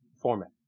format